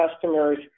customers